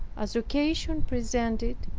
as occasion presented,